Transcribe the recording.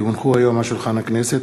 כי הונחו היום על שולחן הכנסת,